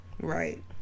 Right